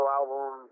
album